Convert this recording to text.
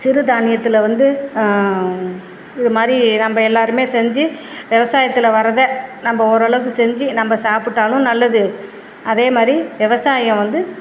சிறு தானியத்தில் வந்து இது மாதிரி நம்ம எல்லோருமே செஞ்சி விவசாயத்தில் வரத நம்ம ஓரளவுக்கு செஞ்சு நம்ம சாப்பிட்டாலும் நல்லது அதே மாதிரி விவசாயம் வந்து